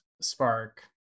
Spark